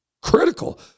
Critical